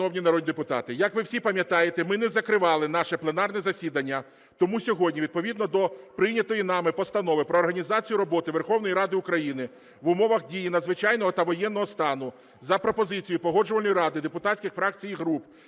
Вітаю, шановні народні депутати. Як ви всі пам'ятаєте, ми не закривали наше пленарне засідання, тому сьогодні відповідно до прийнятої нами Постанови "Про організацію роботи Верховної Ради України в умовах дії надзвичайного та воєнного стану" за пропозицією Погоджувальної ради депутатських фракцій і груп